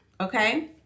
Okay